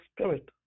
Spirit